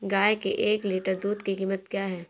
गाय के एक लीटर दूध की कीमत क्या है?